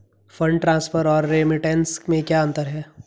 Fund transfer और remittance में क्या अंतर है?